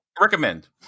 recommend